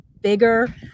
bigger